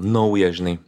nauja žinai